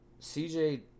CJ